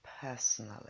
personally